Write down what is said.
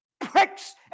pricks